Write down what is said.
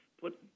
put